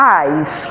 eyes